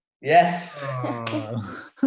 yes